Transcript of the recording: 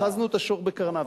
אחזנו את השור בקרניו.